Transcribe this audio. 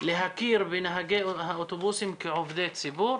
להכיר בנהגי האוטובוסים כעובדי ציבור.